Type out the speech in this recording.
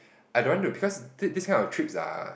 I don't want to because this this kind of trips are